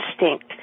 instinct